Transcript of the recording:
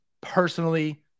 personally